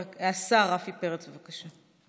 השר רפי פרץ, בבקשה.